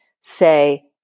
say